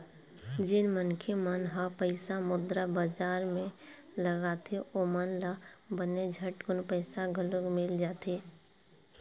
जेन मनखे मन ह पइसा मुद्रा बजार म लगाथे ओमन ल बने झटकून पइसा घलोक मिल जाथे